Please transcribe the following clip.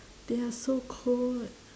they are so cool